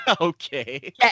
okay